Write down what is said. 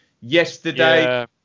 yesterday